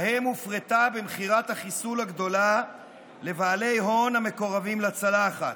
ובהן היא הופרטה במכירת החיסול הגדולה לבעלי הון המקורבים לצלחת.